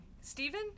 Stephen